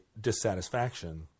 dissatisfaction